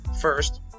first